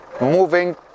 moving